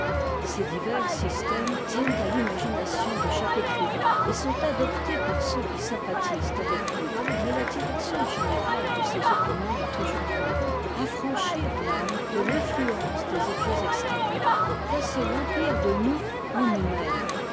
ces divers systèmes tiennent à l'imagination de chaque écrivain et sont adoptés par ceux qui sympathisent avec lui mais la direction générale de ces opinions est toujours la même affranchir l'âme de l'influence des objets extérieurs placer l'empire de nous en nous-mêmes